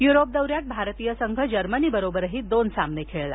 Europe दौऱ्यात भारतीय संघ जर्मनीबरोबरही दोन सामने खेळला